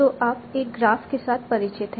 तो आप अब एक ग्राफ के साथ परिचित हैं